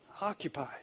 Occupy